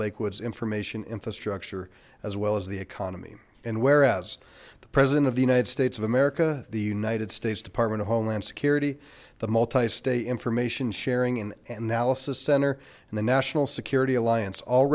lake woods information infrastructure as well as the economy and whereas the president of the united states of america the united states department of homeland security the multi state information sharing and analysis center and the national security alliance